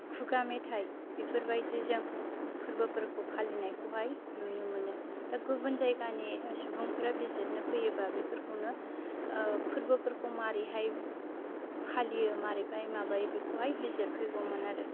खुगा मेथाय बेफोरबायदिजों फोरबोफोरखौ फालिनायखौहाय नुनो मोनो दा गुबुन जायगानि सुबुंफोरा बिजिरनो फैयोबा बेफोरखौनो फोरबोफोरखौ माबोरैहाय फालियो माबोरैहाय माबायो बेखौहाय बिजिरफैगोमोन आरो